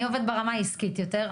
אני עובד ברמה העסקית יותר,